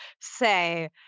say